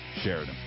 Sheridan